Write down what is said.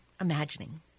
imagining